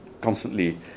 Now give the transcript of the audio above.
constantly